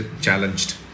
challenged